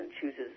chooses